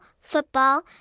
football